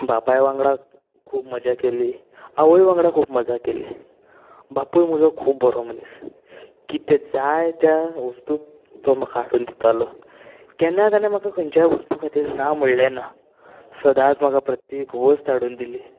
बापाय वांगडा खूब मजा केली आवय वांगडा खूब मजा केली बापूय म्हजो खूब बरो मनीस कितें जाय त्या वस्तूक तो म्हाका हाडून दितालो केन्नाय ताणें म्हाका खंयच्या वस्तू खातीर ना म्हणले ना सदांच म्हाका प्रत्येक वस्त हाडून दिली